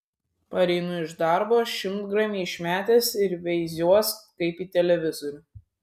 pareinu iš darbo šimtgramį išmetęs ir veiziuos kaip į televizorių